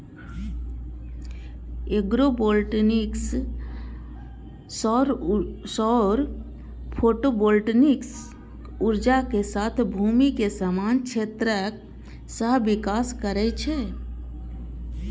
agrovoltaics सौर photovoltaic ऊर्जा के साथ भूमि के समान क्षेत्रक सहविकास करै छै